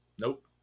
Nope